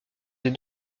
des